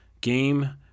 game